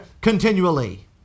continually